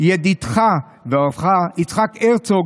ידידך ואוהבך יצחק הרצוג,